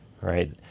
right